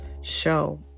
show